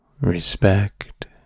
respect